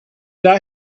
die